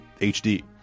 HD